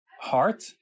heart